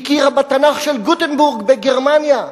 הוא הכיר בתנ"ך של גוטנברג בגרמניה,